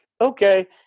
okay